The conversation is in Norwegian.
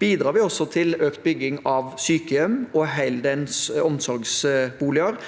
bidrar også til økt bygging av sykehjem og heldøgns omsorgsboliger.